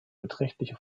beträchtliche